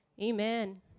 Amen